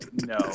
No